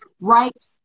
right